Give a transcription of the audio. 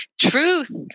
Truth